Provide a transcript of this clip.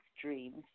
dreams